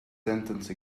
sentence